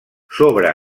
sobre